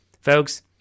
Folks